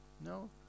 No